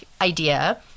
idea